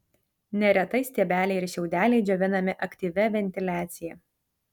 neretai stiebeliai ir šiaudeliai džiovinami aktyvia ventiliacija